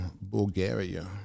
Bulgaria